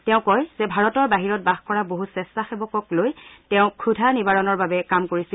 তেওঁ কয় যে ভাৰতৰ বীহিৰত বাস কৰা বহু স্বেছাসেৱকক লৈ তেওঁ ক্ষুধা নিবাৰণৰ বাবে কাম কৰিছিল